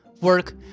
work